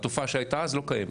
והתופעה שהייתה אז לא קיימת,